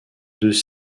deux